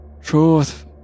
Truth